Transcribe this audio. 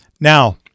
Now